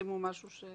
זה